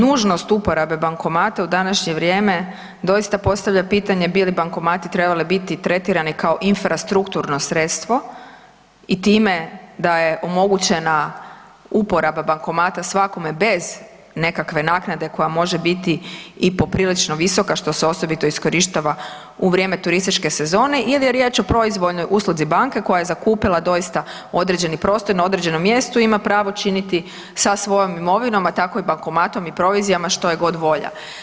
Nužnost uporabe bankomata u današnje vrijeme doista postavlja pitanje bi li bankomati trebali biti tretirani kao infrastrukturno sredstvo i time da je omogućena uporaba bankomata svakome bez nekakve naknade koja može biti i po prilično visoka što se osobito iskorištava u vrijeme turističke sezone ili je riječ o proizvoljnoj usluzi banke koja je zakupila doista određeni prostor na određenom mjestu i ima pravo činiti sa svojom imovinom, a tako i bankomatom i provizijama što je god volja.